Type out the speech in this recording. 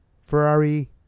Ferrari